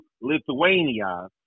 Lithuania